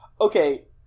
Okay